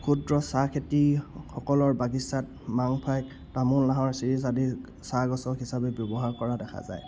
ক্ষুদ্ৰ চাহ খেতিসকলৰ বাগিচাত মাংফাই তামোল নাহৰ চিৰিজ আদি চাহগছক হিচাপে ব্যৱহাৰ কৰা দেখা যায়